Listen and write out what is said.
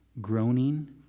groaning